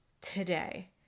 today